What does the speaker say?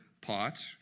pot